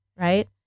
right